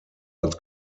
als